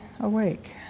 awake